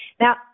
Now